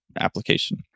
application